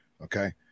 Okay